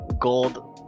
gold